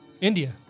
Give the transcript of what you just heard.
India